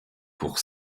pour